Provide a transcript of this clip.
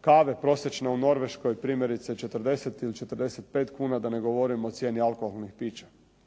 kave prosječne u Norveškoj primjerice 40 ili 45 kuna, da ne govorim o cijeni alkoholnih pića.